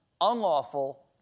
unlawful